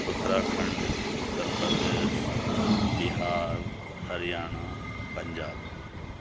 اترا کھنڈ اتر پردیش بہار ہریانہ پنجاب